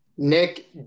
Nick